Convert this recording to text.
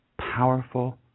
powerful